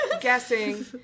guessing